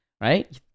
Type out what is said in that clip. right